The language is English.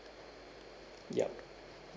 ya